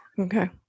okay